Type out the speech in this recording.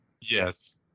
Yes